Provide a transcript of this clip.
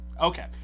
okay